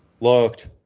Looked